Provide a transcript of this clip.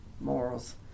Morals